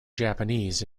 japanese